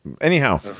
Anyhow